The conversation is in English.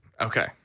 Okay